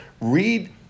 Read